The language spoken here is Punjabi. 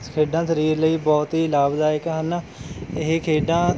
ਖੇਡਾਂ ਸਰੀਰ ਲਈ ਬਹੁਤ ਹੀ ਲਾਭਦਾਇਕ ਹਨ ਇਹ ਖੇਡਾਂ